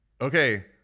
Okay